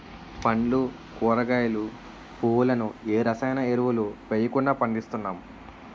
పండ్లు కూరగాయలు, పువ్వులను ఏ రసాయన ఎరువులు వెయ్యకుండా పండిస్తున్నాం